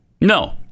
No